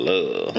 Love